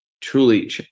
truly